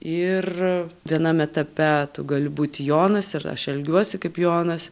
ir vienam etape tu gali būti jonas ir aš elgiuosi kaip jonas